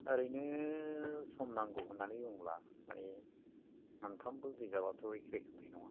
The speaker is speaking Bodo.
ओरैनो सम नांगौ होननानै बुङोब्ला मानि मोनफ्रोमबो बिजाबाथ' एखे रोखोमनि नङा